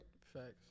Facts